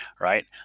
right